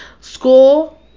school